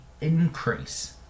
increase